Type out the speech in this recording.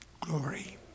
Glory